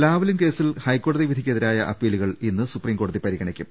Lavalin കേസിൽ ഹൈക്കോടതി വിധിക്കെതിരായ അപ്പീ ലുകൾ ഇന്ന് സുപ്രീംകോടതി പരിഗണിക്കും